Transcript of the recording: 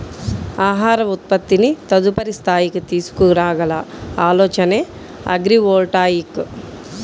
ఆహార ఉత్పత్తిని తదుపరి స్థాయికి తీసుకురాగల ఆలోచనే అగ్రివోల్టాయిక్